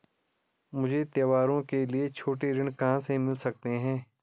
मुझे त्योहारों के लिए छोटे ऋण कहाँ से मिल सकते हैं?